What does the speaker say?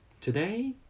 Today